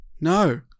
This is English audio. No